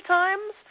times